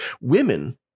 Women